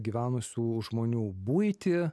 gyvenusių žmonių buitį